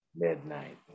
Midnight